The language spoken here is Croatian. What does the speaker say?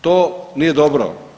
To nije dobro.